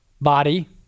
body